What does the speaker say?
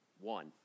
One